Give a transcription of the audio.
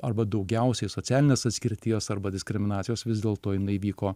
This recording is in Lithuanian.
arba daugiausiai socialinės atskirties arba diskriminacijos vis dėl to jinai vyko